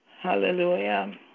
Hallelujah